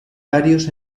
varios